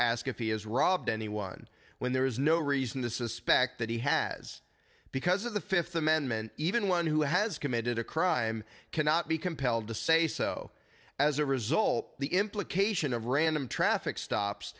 ask if he has robbed anyone when there is no reason to suspect that he has because of the fifth amendment even one who has committed a crime cannot be compelled to say so as a result the implication of random traffic stops